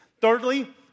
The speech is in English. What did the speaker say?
Thirdly